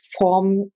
form